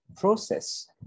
process